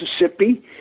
Mississippi